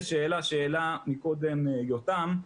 שאלה שהעלה מקודם יותם,